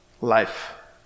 life